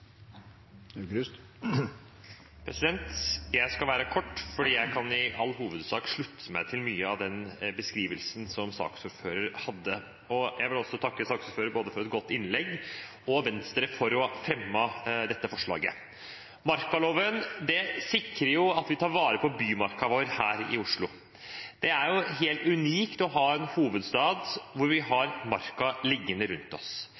Jeg skal være kort, for jeg kan i all hovedsak slutte meg til mye av den beskrivelsen som saksordføreren hadde, og jeg vil også takke saksordføreren for et godt innlegg og Venstre for å ha fremmet dette forslaget. Markaloven sikrer at vi tar vare på bymarka vår her i Oslo. Det er helt unikt å ha en hovedstad hvor vi har marka liggende rundt oss.